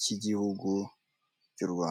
k'igihugu cy'u Rwanda.